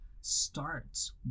starts